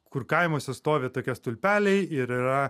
kur kaimuose stovi tokie stulpeliai ir yra